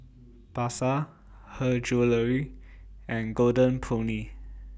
Pasar Her Jewellery and Golden Peony